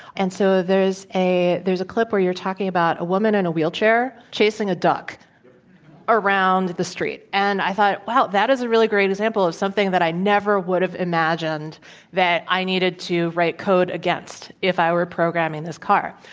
and so there's a there's a clip where you're talking about a woman in and a wheelchair chasing a duck around the street. and i thought, wow, that is a really great example of something that i never would have imagined that i needed to write code against if i were programming this car.